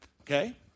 Okay